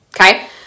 okay